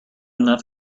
enough